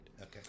Okay